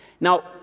Now